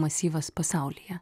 masyvas pasaulyje